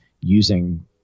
using